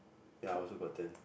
ya I also got ten